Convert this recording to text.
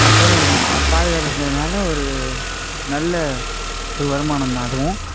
அப்பறம் பால் கறக்கிறதுனால ஒரு நல்ல ஒரு வருமானம் தான் அதுவும்